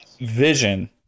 Vision